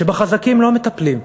שבחזקים לא מטפלים.